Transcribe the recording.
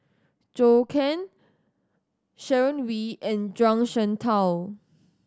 Zhou Can Sharon Wee and Zhuang Shengtao